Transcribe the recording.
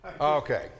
Okay